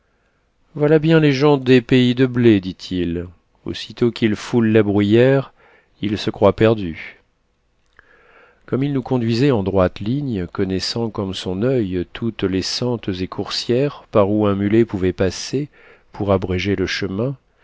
voilà bien les gens des pays de blé dit-il aussitôt qu'ils foulent la bruyère ils se croient perdus comme il nous conduisait en droite ligne connaissant comme son oeil toutes les sentes et coursières par où un mulet pouvait passer pour abréger le chemin